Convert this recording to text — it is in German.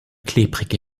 klebrig